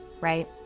right